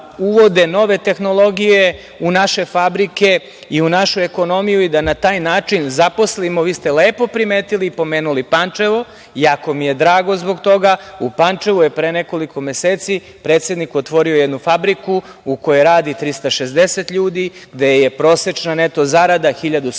uvode nove tehnologije u naše fabrike, i u našu ekonomiju i da na taj način zaposlimo, vi ste lepo pomenuli Pančevo, jako mi je drago zbog toga. U Pančevu je pre nekoliko meseci predsednik otvorio jednu fabriku u kojoj radi 360 ljudi gde je prosečno neto zarada 1700